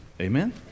Amen